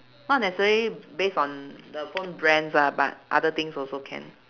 not necessary based on the phone brands ah but other things also can